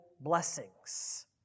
blessings